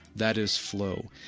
that is flow,